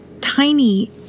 tiny